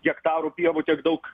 hektarų pievų tiek daug